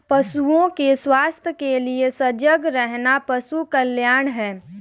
पशुओं के स्वास्थ्य के लिए सजग रहना पशु कल्याण है